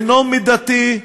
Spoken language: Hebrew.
אינו מידתי,